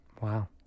Wow